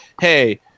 hey